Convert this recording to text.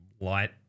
light